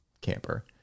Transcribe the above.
camper